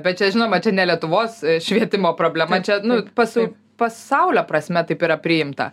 bet čia žinoma čia ne lietuvos švietimo problema čia nu pasau pasaulio prasme taip yra priimta